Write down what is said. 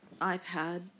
iPad